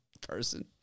person